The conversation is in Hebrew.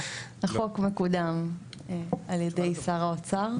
החוק מקודם על ידי שר האוצר.